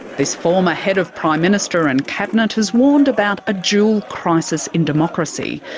this former head of prime minister and cabinet has warned about a dual crisis in democracy,